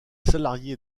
salariés